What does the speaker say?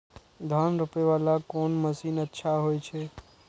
धान रोपे वाला कोन मशीन अच्छा होय छे?